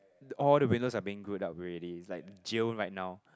all the windows are being good up already like jail right now